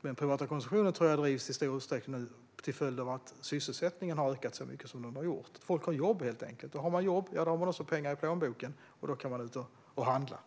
den privata konsumtionen tror jag i stor utsträckning drivs av att sysselsättningen har ökat så mycket som den har gjort. Folk har jobb, helt enkelt, och har man jobb har man också pengar i plånboken och kan gå ut och handla.